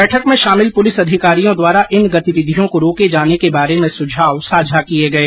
बैठक में शामिल पुलिस अधिकारियों द्वारा इन गतिविधियों को रोके जाने के बारे में सुझाव साझा किए गए